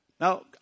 Now